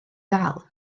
ddal